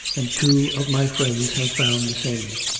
and two of my friends have found the same.